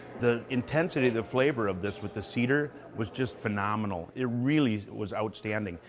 the intensity, the flavor of this with the cedar was just phenomenal. it really was outstanding.